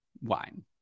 wine